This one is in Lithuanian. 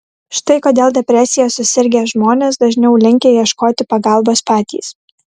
štai kodėl depresija susirgę žmonės dažniau linkę ieškoti pagalbos patys